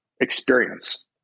experience